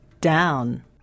Down